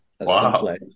Wow